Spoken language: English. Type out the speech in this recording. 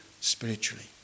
spiritually